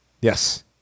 Yes